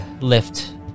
lift